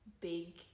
big